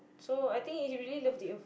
so I think it's really loved it